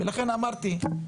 ולכן אמרתי,